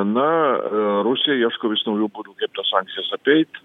na rusija ieško vis naujų būdų kaip tas sankcijas apeit